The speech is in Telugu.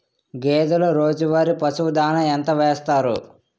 గేదెల రోజువారి పశువు దాణాఎంత వేస్తారు?